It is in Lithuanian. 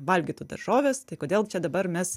valgytų daržoves kodėl čia dabar mes